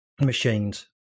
machines